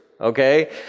okay